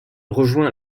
rejoint